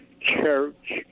church